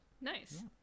Nice